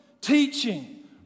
teaching